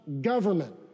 government